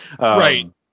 right